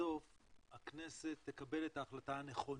שבסוף הכנסת תקבל את ההחלטה הנכונה,